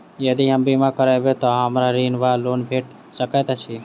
यदि हम बीमा करबै तऽ हमरा ऋण वा लोन भेट सकैत अछि?